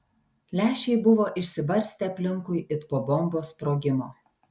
lęšiai buvo išsibarstę aplinkui it po bombos sprogimo